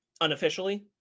Unofficially